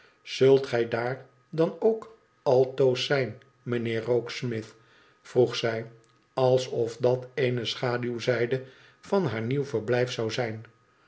zult gij daar dan ook altoos zijn mijnheer rokesmith vroeg zij alsof dat eene schaduwzijde van haar nieuw verblijf zou zijn